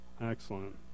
Excellent